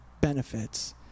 benefits